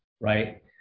right